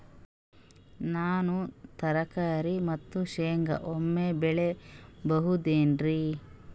ನಾನು ತರಕಾರಿ ಮತ್ತು ಶೇಂಗಾ ಒಮ್ಮೆ ಬೆಳಿ ಬಹುದೆನರಿ?